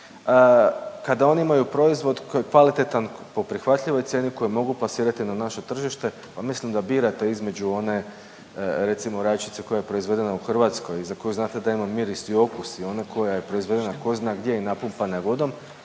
kada oni imaju proizvod koji je kvalitetan, po prihvatljivoj cijeni koji mogu plasirati na naše tržište, pa mislim da birate između one, recimo, rajčice koja je proizvedena u Hrvatskoj i za koju znate da ima miris i okus i ona koja je proizvedena tko zna gdje i napumpana je vodom,